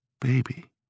baby